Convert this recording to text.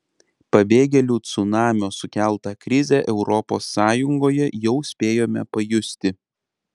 pabėgėlių cunamio sukeltą krizę europos sąjungoje jau spėjome pajusti